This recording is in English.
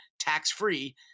tax-free